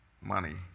money